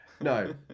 No